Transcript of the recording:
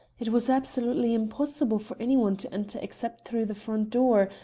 it was absolutely impossible for anyone to enter except through the front door,